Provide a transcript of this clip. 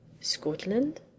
Scotland